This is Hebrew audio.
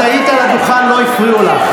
את היית על הדוכן, לא הפריעו לך.